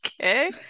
Okay